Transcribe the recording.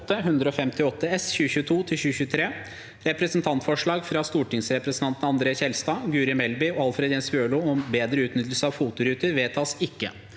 8:158 S (2022–2023) – Representantforslag fra stortingsrepresentantene André N. Skjelstad, Guri Melby og Alfred Jens Bjørlo om bedre utnyttelse av FOT-ruter – vedtas ikke.